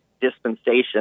dispensation